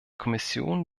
kommission